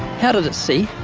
how did it see?